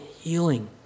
healing